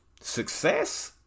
success